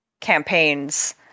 campaigns